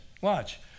Watch